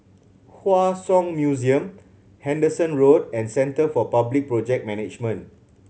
Hua Song Museum Henderson Road and Centre for Public Project Management